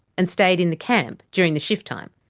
and stayed in the camp during the shift time.